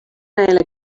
neile